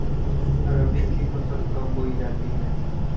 रबी की फसल कब बोई जाती है?